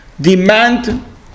demand